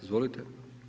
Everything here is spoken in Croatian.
Izvolite.